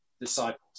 disciples